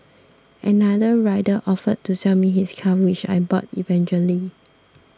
another rider offered to sell me his car which I bought eventually